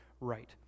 right